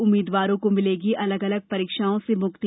उम्मीदवारों को मिलेगी अलग अलग परीक्षाओं से मुक्ति